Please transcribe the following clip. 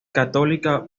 católica